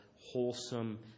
wholesome